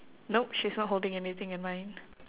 nope she's not holding anything in mine